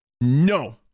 no